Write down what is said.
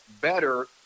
better